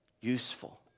useful